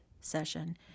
session